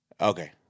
Okay